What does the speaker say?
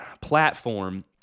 platform